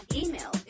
email